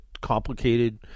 complicated